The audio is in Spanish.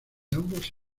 ambos